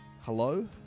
hello